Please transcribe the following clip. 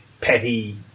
petty